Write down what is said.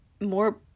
more